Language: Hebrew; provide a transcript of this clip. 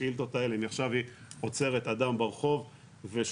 השאילתות האלה אם עכשיו היא עוצרת אדם ברחוב ושוב,